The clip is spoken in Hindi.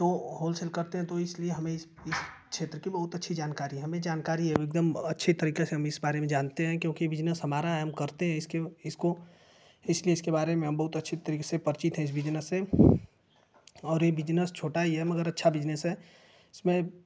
तो होलसेल करते हैं तो इसलिए हमें इस इस क्षेत्र की बहुत अच्छी जानकारी है हमें जानकारी है एकदम अच्छे तरीके से इस बारे में जानते हैं क्योंकि बिज़नेस हमारा है हम करते हैं इसको इसलिए इसके बारे में हम बहुत अच्छे तरीके से परिचित हैं इस बिज़नेस से और यह बिज़नेस छोटा ही है मगर अच्छा बिज़नेस है इसमें